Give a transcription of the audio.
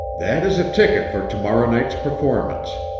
that is a ticket for to-morrow night's performance.